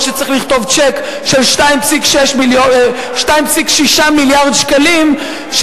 כשצריך לכתוב צ'ק של 2.6 מיליארד שקלים,